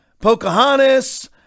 Pocahontas